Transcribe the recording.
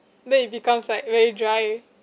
then it becomes like very dry